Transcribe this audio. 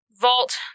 vault